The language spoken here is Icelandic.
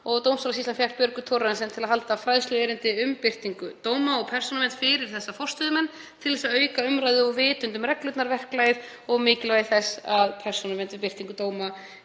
dómstólasýslan Björgu Thorarensen til að halda fræðsluerindi um birtingu dóma og persónuvernd fyrir þá forstöðumenn til að auka umræðu og vitund um reglurnar, verklagið og mikilvægi þess að persónuverndar við birtingu dóma